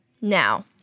now